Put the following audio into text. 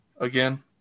again